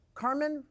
carmen